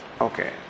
Okay